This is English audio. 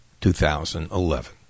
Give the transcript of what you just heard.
2011